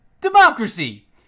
Democracy